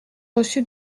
reçu